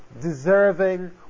deserving